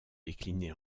déclinée